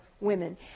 women